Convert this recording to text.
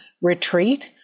retreat